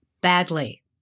badly